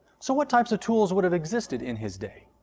so what types of tools would've existed in his day?